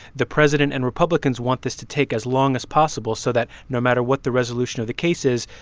the president and republicans want this to take as long as possible so that no matter what the resolution of the case is,